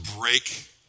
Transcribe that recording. break